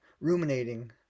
ruminating